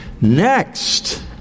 Next